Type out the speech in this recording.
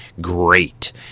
great